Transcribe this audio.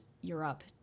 Europe